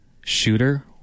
shooter